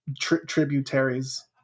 tributaries